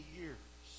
years